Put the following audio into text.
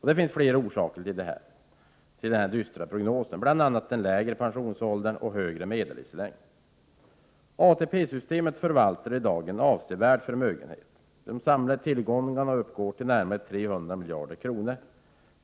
Det finns flera orsaker till den här dystra prognosen, bl.a. den lägre pensionsåldern och högre medellivslängd. ATP-systemet förvaltar en avsevärd förmögenhet. De samlade tillgångarna uppgår till närmare 300 miljarder kronor.